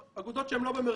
אגודות שהן לא במרכזים.